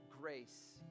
grace